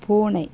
பூனை